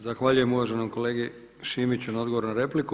Zahvaljujem uvaženom kolegi Šimiću na odgovoru na repliku.